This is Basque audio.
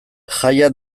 jaia